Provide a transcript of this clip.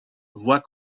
voit